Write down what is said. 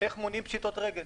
איל מונעים פשיטות רגל.